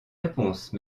réponse